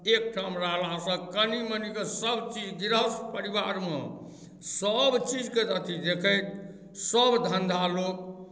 एकठाम रहलासँ कनी मनीके सभचीज गृहस्थ परिवारमे सभचीजके अथी देखैत सभ धन्धा लोक